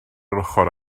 ochr